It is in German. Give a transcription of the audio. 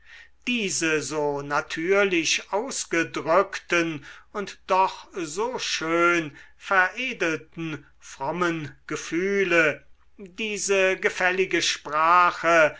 diese so natürlich ausgedrückten und doch so schön veredelten frommen gefühle diese gefällige sprache